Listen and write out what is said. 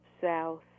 south